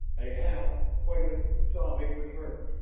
a howl. wailing. sobbing. was heard,